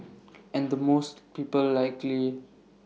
and the most people likely